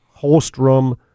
Holstrom